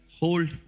hold